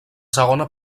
segona